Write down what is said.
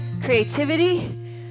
creativity